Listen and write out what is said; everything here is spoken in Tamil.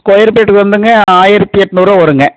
ஸ்கொயர் ஃபீட்க்கு வந்துங்க ஆயிரத்து எண்நூறுவா வருங்க